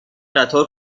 قطار